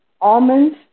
Almonds